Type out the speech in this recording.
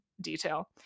detail